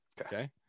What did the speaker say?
Okay